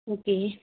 okay